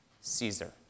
Caesar